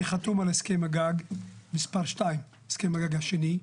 אני חתום על הסכם הגג, מספר 2. הסכם הגג השני.